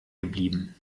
geblieben